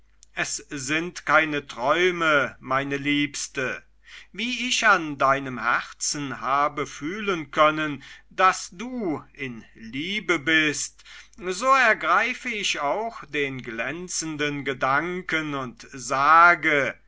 es sind keine träume meine liebste wie ich an deinem herzen habe fühlen können daß du in liebe bist so ergreife ich auch den glänzenden gedanken und sage